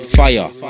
fire